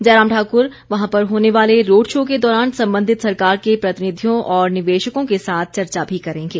जयराम ठाकुर वहां पर होने वाले रोडशो के दौरान संबंधित सरकार के प्रतिनिधियों और निवेशकों के साथ चर्चा भी करेंगे